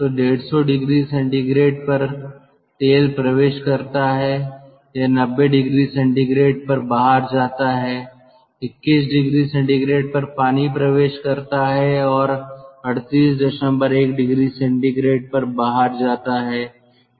तो 150oC पर तेल प्रवेश करता है यह 90oC पर बाहर जाता है 21oC पर पानी प्रवेश करता है और 381oC पर बाहर जाता है